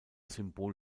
symbol